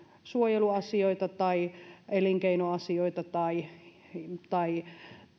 suojeluasioita tai elinkeinoasioita tai